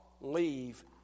leave